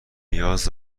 نیاز